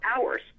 hours